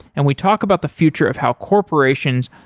and we talk about the future of how corporations,